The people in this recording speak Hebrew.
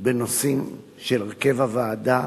בנושאים של הרכב הוועדה